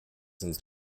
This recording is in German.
ins